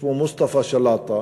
שמו מוסטפא שלאעטה,